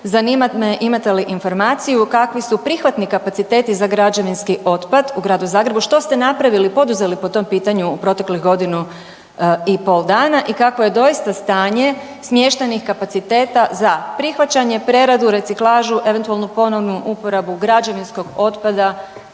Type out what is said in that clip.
zanima me imate li informaciju kakvi su prihvatni kapaciteti za građevinski otpad u Gradu Zagrebu, što ste napravili, poduzeli po tom pitanju u proteklih godinu i pol dana i kakvo je doista stanje smještajnih kapaciteta za prihvaćanje, preradu, reciklažu, eventualnu ponovnu uporabu građevinskog otpada